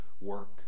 work